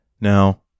Now